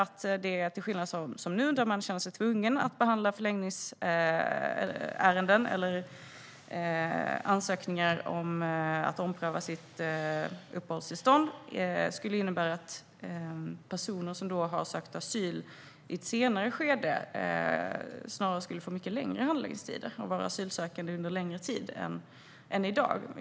Till skillnad från nu, när man känner sig tvungen att behandla förlängningsärenden eller ansökningar om omprövning av uppehållstillstånd, skulle detta dessutom innebära att personer som har sökt asyl i ett senare skede snarare skulle få betydligt längre handläggningstid och vara asylsökande under längre tid än i dag.